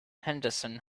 henderson